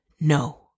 No